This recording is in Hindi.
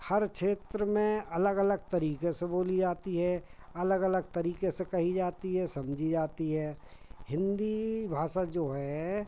हर क्षेत्र में अलग अलग तरीक़े से बोली जाती है अलग अलग तरीक़े से कही जाती है समझी जाती है हिन्दी भाषा जो है